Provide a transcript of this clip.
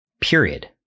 period